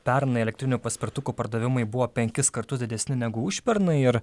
pernai elektrinių paspirtukų pardavimai buvo penkis kartus didesni negu užpernai ir